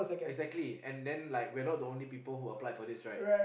exactly and then like we're not the only people who applied for this right